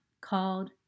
called